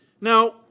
Now